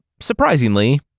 surprisingly